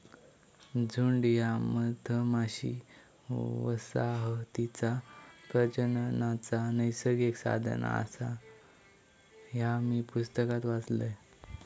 झुंड ह्या मधमाशी वसाहतीचा प्रजननाचा नैसर्गिक साधन आसा, ह्या मी पुस्तकात वाचलंय